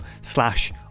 slash